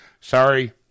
sorry